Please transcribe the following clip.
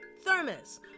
thermos